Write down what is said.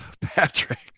Patrick